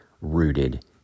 rooted